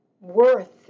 worth